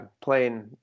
playing